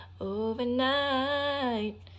overnight